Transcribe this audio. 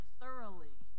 thoroughly